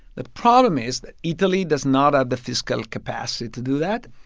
the problem is that italy does not have the fiscal capacity to do that.